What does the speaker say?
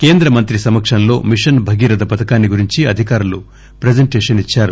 కేంద్రమంత్రి సమక్షంలో మిషన్ భగీరధ పథకాన్సి గురించి అధికారులు ప్రజేంటేషన్ ఇచ్చారు